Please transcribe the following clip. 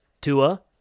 Tua